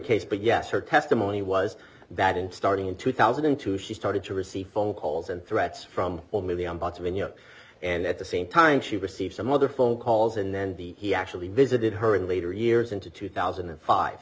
case but yes her testimony was that in starting in two thousand and two she started to receive phone calls and threats from all one million bucks when you know and at the same time she received some other phone calls and then the he actually visited her in later years into two thousand and five